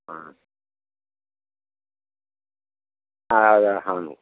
ആ അതെ അതെ ഹാ